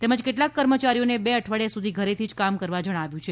તેમજ કેટલાંક કર્મયારીઓને બે અઠવાડિયા સુધી ઘરેથી જ કામ કરવા જણાવ્યું છે